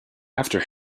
after